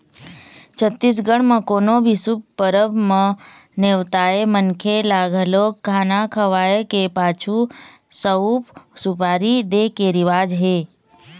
छत्तीसगढ़ म कोनो भी शुभ परब म नेवताए मनखे ल घलोक खाना खवाए के पाछू सउफ, सुपारी दे के रिवाज हे